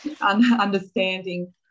understanding